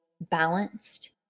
balanced